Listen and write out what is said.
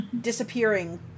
Disappearing